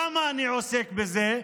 למה אני עוסק בזה?